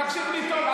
תקשיב לי טוב,